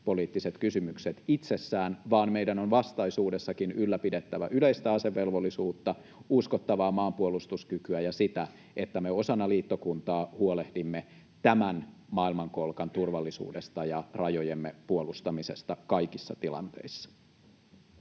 turvallisuuspoliittiset kysymykset itsessään, vaan meidän on vastaisuudessakin ylläpidettävä yleistä asevelvollisuutta, uskottavaa maanpuolustuskykyä ja sitä, että me osana liittokuntaa huolehdimme tämän maailmankolkan turvallisuudesta ja rajojemme puolustamisesta kaikissa tilanteissa.